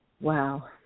Wow